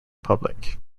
public